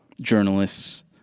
journalists